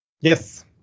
Yes